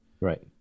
Right